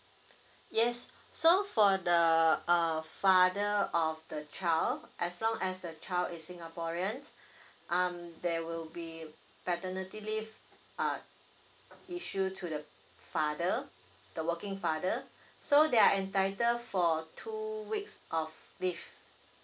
yes so for the uh father of the child as long as the child is singaporean um there will be paternity leave uh issue to the father the working father so they are entitled for two weeks of leave